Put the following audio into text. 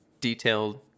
detailed